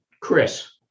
Chris